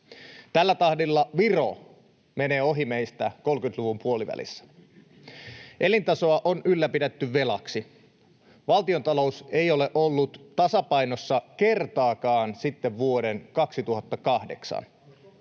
Tällä tahdilla Viro menee meistä ohi 30-luvun puolivälissä. Elintasoa on ylläpidetty velaksi. Valtiontalous ei ole ollut tasapainossa kertaakaan sitten vuoden 2008.